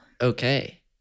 Okay